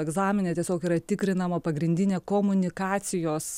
egzamine tiesiog yra tikrinama pagrindinė komunikacijos